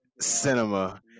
cinema